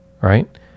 right